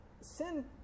sin